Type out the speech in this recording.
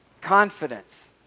Confidence